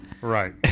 Right